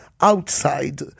outside